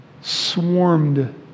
swarmed